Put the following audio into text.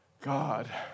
God